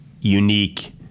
unique